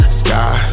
sky